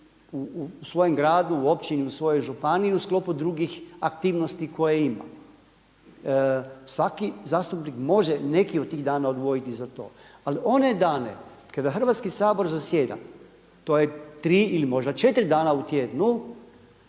u svojem gradu, u općini, u svojoj županiji u sklopu drugih aktivnosti koje ima. Svaki zastupnik može neki od tih dana odvojiti za to. Ali one dane kada Hrvatski sabor zasjeda to je tri ili možda četiri dana u tjednu